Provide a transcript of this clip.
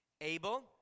Abel